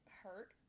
hurt